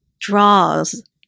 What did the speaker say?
draws